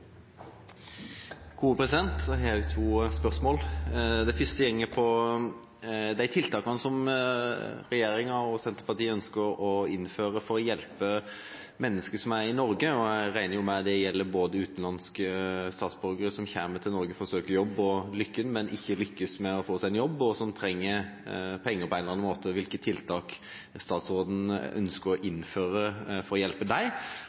Jeg har også to spørsmål. Det første går på de tiltakene som regjeringa og Senterpartiet ønsker å innføre for å hjelpe mennesker som er i Norge. Jeg regner med at det også gjelder utenlandske statsborgere som kommer til Norge for å søke jobb og lykken, men ikke lykkes med å få seg en jobb og trenger penger på en eller annen måte. Hvilke tiltak ønsker statsråden å innføre for å hjelpe